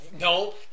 No